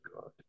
God